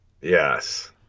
Yes